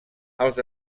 els